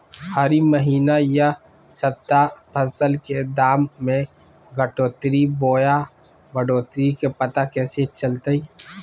हरी महीना यह सप्ताह फसल के दाम में घटोतरी बोया बढ़ोतरी के पता कैसे चलतय?